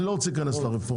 אני לא רוצה להיכנס לרפורמה.